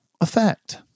effect